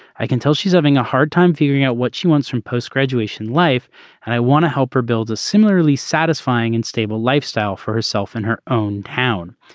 i can tell she's having a hard time figuring out what she wants from post graduation life and i want to help her build a similarly satisfying and stable lifestyle for herself in her own town.